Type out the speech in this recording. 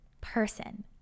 person